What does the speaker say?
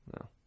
No